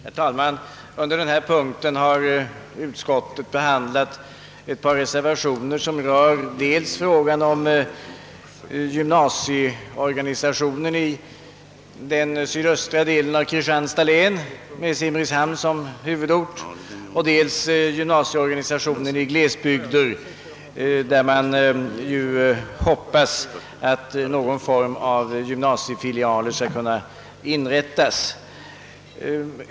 Herr talman! Under denna punkt har utskottet behandlat ett par reservationer som berör dels frågan om gymnasieorganisationen i den sydöstra delen av Kristianstads län med Simrishamn som huvudort, dels gymnasieorganisationen i glesbygder där man ju hoppas att någon form av gymnasiefilialer skall inrättas.